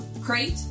crate